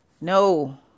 No